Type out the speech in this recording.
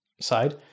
side